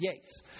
Yates